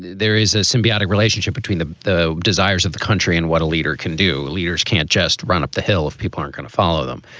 there is a symbiotic relationship between the the desires of the country and what a leader can do. leaders can't just run up the hill if people aren't going to follow them.